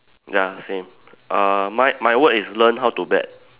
ya same uh my my word is learn how to bet